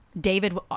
david